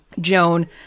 Joan